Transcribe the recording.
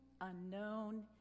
unknown